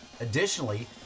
Additionally